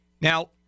Now